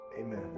amen